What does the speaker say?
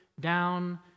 down